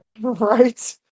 Right